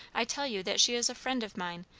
i tell you that she is a friend of mine,